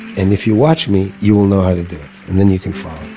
and if you watch me, you will know how to do it. and then you can follow.